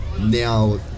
now